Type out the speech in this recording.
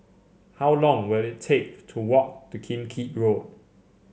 how long will it take to walk to Kim Keat Road